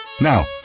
Now